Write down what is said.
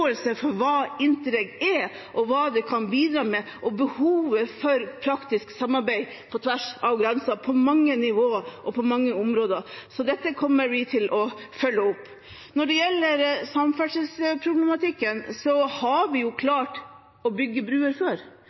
for hva Interreg er, for hva det kan bidra med, og for behovet for praktisk samarbeid på tvers av grenser – på mange nivåer og på mange områder. Så dette kommer vi til å følge opp. Når det gjelder samferdselsproblematikken, har vi jo klart å bygge bruer før.